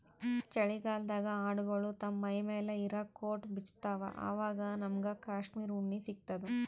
ಚಳಿಗಾಲ್ಡಾಗ್ ಆಡ್ಗೊಳು ತಮ್ಮ್ ಮೈಮ್ಯಾಲ್ ಇರಾ ಕೋಟ್ ಬಿಚ್ಚತ್ತ್ವಆವಾಗ್ ನಮ್ಮಗ್ ಕಾಶ್ಮೀರ್ ಉಣ್ಣಿ ಸಿಗ್ತದ